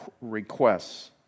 requests